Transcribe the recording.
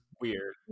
weird